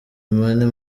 money